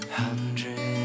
hundred